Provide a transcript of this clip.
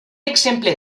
exemple